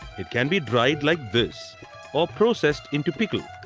it can be dried like this or processed in to pickle.